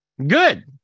good